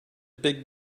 big